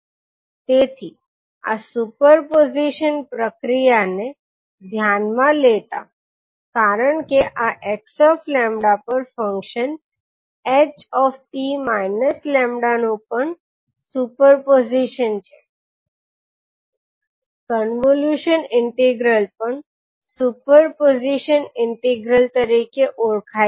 તેથી આ superposition પ્રક્રિયા ને ધ્યાનમાં લેતા કારણ કે આ 𝑥𝜆 પર ફંક્શન h𝑡 𝜆 નુ પણ સુપર પોઝિશન છે કોન્વોલ્યુશન ઇન્ટિગ્રલ પણ સુપર પોઝિશન ઇન્ટિગ્રલ તરીકે ઓળખાય છે